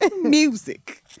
music